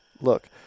look